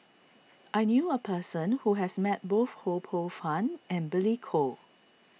I knew a person who has met both Ho Poh Fun and Billy Koh